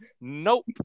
Nope